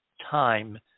time